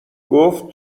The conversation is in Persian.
گفت